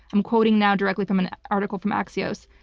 i'm quoting now directly from an article from axios.